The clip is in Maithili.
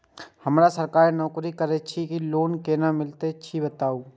हम सरकारी नौकरी करै छी लोन केना मिलते कीछ बताबु?